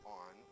on